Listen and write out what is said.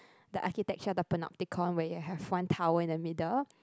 the architecture the Panopticon where you have one tower in the middle